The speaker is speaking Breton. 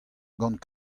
gant